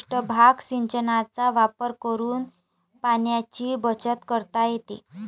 पृष्ठभाग सिंचनाचा वापर करून पाण्याची बचत करता येते